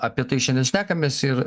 apie tai šiandien šnekamės ir